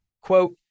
Quote